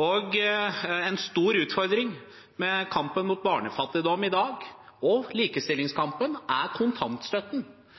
En stor utfordring i kampen mot barnefattigdom i dag og i likestillingskampen er kontantstøtten.